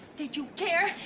did you care?